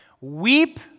Weep